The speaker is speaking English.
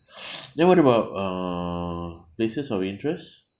then what about uh places of interest